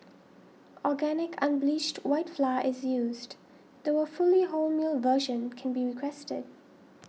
organic unbleached white flour is used though a fully wholemeal version can be requested